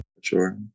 Sure